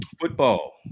Football